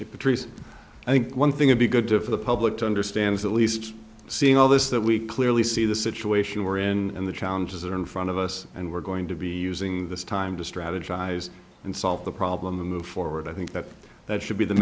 if the trees i think one thing would be good to for the public to understand is at least seeing all this that we clearly see the situation we're in and the challenges that are in front of us and we're going to be using this time to strategize and solve the problem and move forward i think that that should be the